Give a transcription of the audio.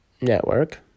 network